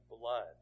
blood